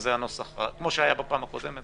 שזה הנוסח, כמו שהיה בפעם הקודמת